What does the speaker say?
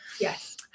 Yes